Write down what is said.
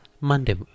Monday